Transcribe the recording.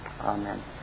Amen